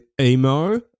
emo